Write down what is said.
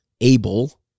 able